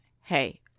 hey